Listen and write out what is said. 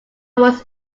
was